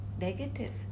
negative